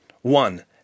One